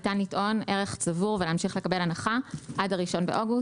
ניתן לטעון ערך צבור ולהמשיך לקבל הנחה עד 1 באוגוסט.